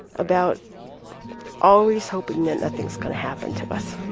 about always hoping that nothing is going to happen to us.